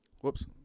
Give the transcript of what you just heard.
Whoops